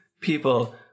people